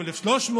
1,300,